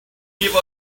give